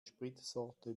spritsorte